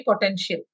potential